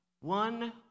One